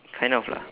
kind of lah